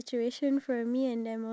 ya